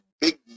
big